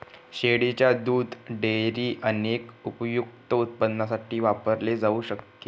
शेळीच्या दुध डेअरीत अनेक उपयुक्त उत्पादनांसाठी वापरले जाऊ शकते